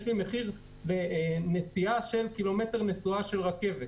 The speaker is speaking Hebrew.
יש לי מחיר נסיעה של קילומטר נסועה של רכבת.